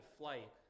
flight